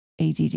ADD